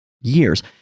years